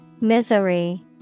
Misery